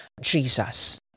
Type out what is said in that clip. Jesus